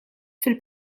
fil